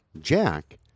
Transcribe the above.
Jack